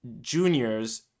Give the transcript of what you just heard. juniors